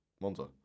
Monza